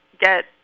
get